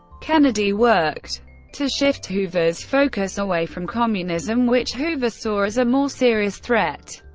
kennedy worked to shift hoover's focus away from communism, which hoover saw as a more serious threat,